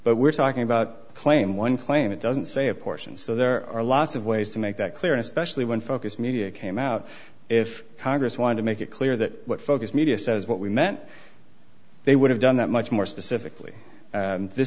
but we're talking about claim one claim it doesn't say a portion so there are lots of ways to make that clear especially when focused media came out if congress wanted to make it clear that focused media says what we meant they would have done that much more specifically